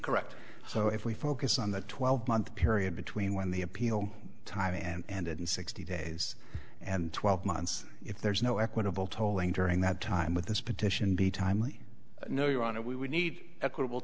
correct so if we focus on the twelve month period between when the appeal time and in sixty days and twelve months if there is no equitable tolling during that time with this petition be timely no your honor we would need equitable